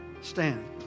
stand